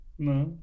No